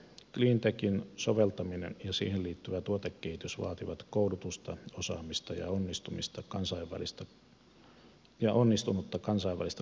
cleantechin soveltaminen ja siihen liittyvä tuotekehitys vaativat koulutusta osaamista ja onnistunutta kansainvälistä kauppaa